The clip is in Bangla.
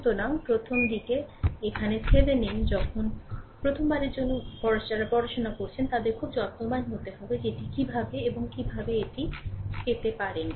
সুতরাং প্রথমদিকে এখানে Thevenin যখন প্রথমবারের জন্য প্রথমবারের জন্য যারা পড়াশুনা করছেন তাদের খুব যত্নবান হতে হবে যে এটি কীভাবে এবং কীভাবে এটি পেতে পারে